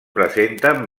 presenten